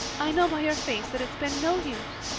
i know by your face that it's been no use,